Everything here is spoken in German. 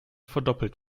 verdoppelt